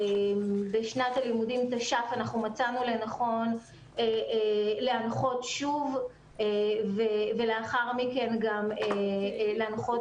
בשנת הלימודים תש"ף מצאנו לנכון להנחות שוב ולאחר מכן להנחות